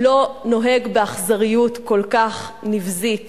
לא נוהג באכזריות כל כך נבזית